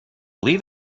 leave